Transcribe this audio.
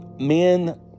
men